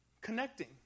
connecting